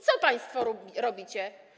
Co państwo robicie?